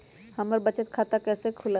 हमर बचत खाता कैसे खुलत?